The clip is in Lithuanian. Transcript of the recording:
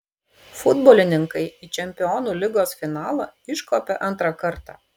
futbolininkai į čempionų lygos finalą iškopė antrą kartą